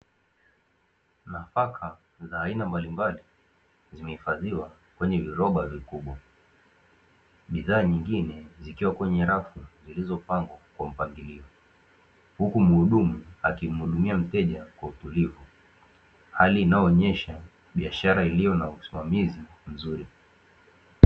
Nafaka za aina mbalimbali zimehifadhiwa kwenye viroba vikubwa, bidhaa nyingine zikiwa kwenye rafu zilizopangwa kwa mpangilio huku muhudumu akimhudumia mteja kwa utulivu hali inaonyesha biashara iliyo na usimamizi mzuri.